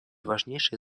важнейшее